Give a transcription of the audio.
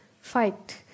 fight